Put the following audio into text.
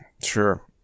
Sure